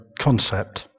concept